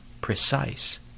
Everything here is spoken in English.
precise